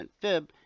fib